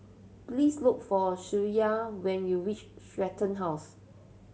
please look for Shreya when you reach Stratton House